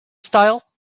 style